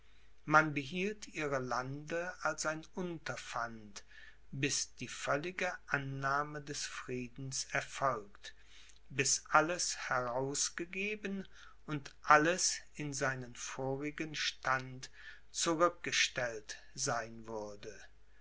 man behielt ihre lande als ein unterpfand bis die völlige annahme des friedens erfolgt bis alles herausgegeben und alles in seinen vorigen stand zurückgestellt sein würde